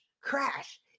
crash